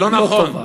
לא טובה.